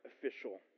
official